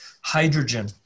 hydrogen